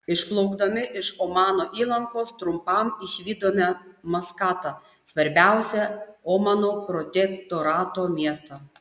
išplaukdami iš omano įlankos trumpam išvydome maskatą svarbiausią omano protektorato miestą